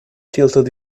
tilted